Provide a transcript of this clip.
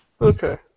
Okay